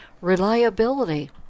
reliability